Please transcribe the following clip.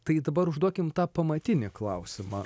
tai dabar užduokim tą pamatinį klausimą